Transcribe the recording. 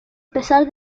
pesar